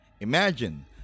imagine